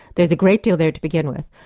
there's a great deal there to begin with.